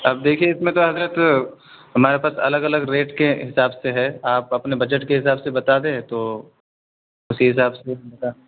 اب دیکھیے اس میں تو حضرت ہمارے پاس الگ الگ ریٹ کے حساب سے ہے آپ اپنے بجٹ کے حساب سے بتا دیں تو اسی حساب سے میرا